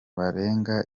barenga